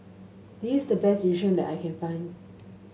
this is the best Yu Sheng that I can find